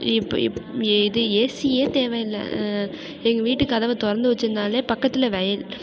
இது ஏசியே தேவை இல்லை எங்கள் வீட்டு கதவை திறந்து வச்சு இருந்தாலே பக்கத்தில் வயல்